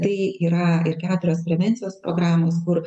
tai yra ir keturios prevencijos programos kur